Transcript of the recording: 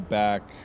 back